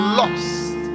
lost